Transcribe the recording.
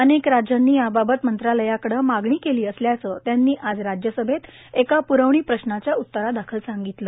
अनेक राज्यांनी याबाबत मंत्रालयाकडे मागणी केली असल्याचं त्यांनी आज राज्यसभेत एका प्रवनी प्रश्नाच्या उत्तरादाखल सांगितलं